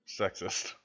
sexist